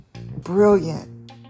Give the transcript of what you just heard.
brilliant